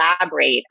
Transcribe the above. elaborate